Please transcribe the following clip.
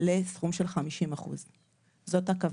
לסכום של 50%. זאת הכוונה.